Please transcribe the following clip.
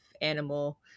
animal